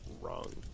Wrong